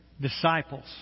disciples